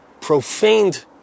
profaned